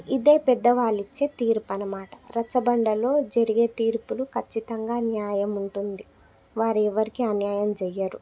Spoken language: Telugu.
ఇదే పెద్దవాళ్ళు ఇచ్చే తీర్పు అన్నమాట రచ్చబండలో జరిగే తీర్పులు ఖచ్చితంగా న్యాయం ఉంటుంది వారు ఎవ్వరికి అన్యాయం చెయ్యరు